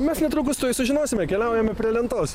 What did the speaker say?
mes netrukus tuoj sužinosime keliaujame prie lentos